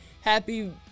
Happy